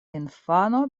infano